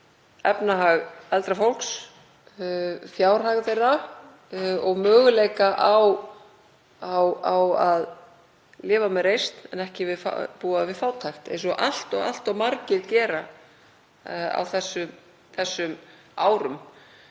efnahag eldra fólks, fjárhag þess og möguleika á að lifa með reisn en ekki búa við fátækt eins og allt of margir gera á þessum árum.